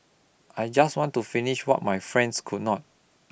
I just want to finish what my friends could not